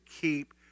Keep